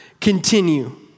continue